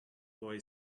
boy